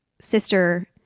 sister